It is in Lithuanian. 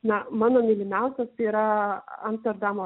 na mano mylimiausias tai yra amsterdamo